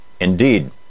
Indeed